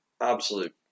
absolute